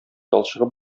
талчыгып